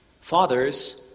Fathers